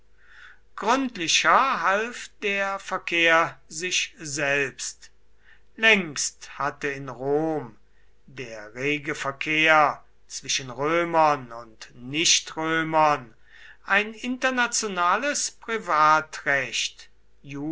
gründlicher half der verkehr sich selbst längst hatte in rom der rege verkehr zwischen römern und nichtrömern ein internationales privatrecht